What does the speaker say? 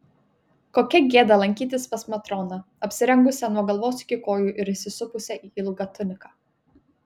kokia gėda lankytis pas matroną apsirengusią nuo galvos iki kojų ir įsisupusią į ilgą tuniką